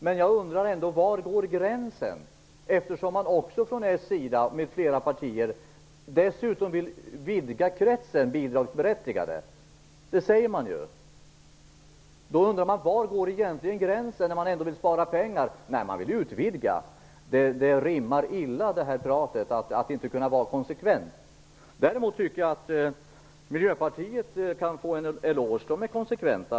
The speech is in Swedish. Men jag undrar ändå var gränsen går, eftersom man från socialdemokraternas med flera partiers sida dessutom säger att man vill vidga kretsen av bidragsberättigade. Man undrar var gränsen går egentligen när man vill spara pengar och samtidigt utvidga kretsen bidragsberättigade. Detta rimmar illa och är inte konsekvent. Däremot tycker jag att Miljöpartiet kan få en eloge, därför att de är konsekventa.